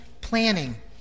Planning